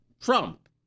Trump